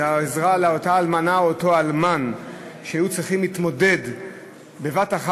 זה עזרה לאותה אלמנה ואותו אלמן שהיו צריכים להתמודד בבת-אחת